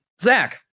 Zach